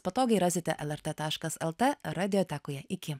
patogiai rasite lrt taškas lt radiotekoje iki